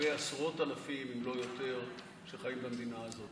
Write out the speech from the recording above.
כלפי עשרות אלפים, אם לא יותר, במדינה הזאת.